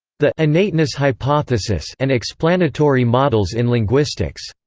the innateness hypothesis and explanatory models in linguistics,